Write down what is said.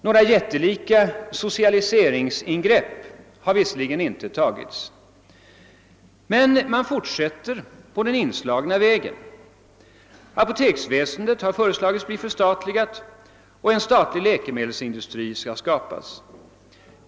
Några jättelika socialiseringsingrepp har visserligen inte gjorts, men man fortsätter på den inslagna vägen. Apoteksväsendet har föreslagits bli förstatligat, och en statlig läkemedelsindustri skall skapas.